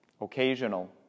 occasional